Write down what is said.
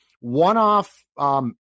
one-off